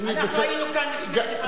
סמלית, בסדר, אנחנו היינו כאן לפניו.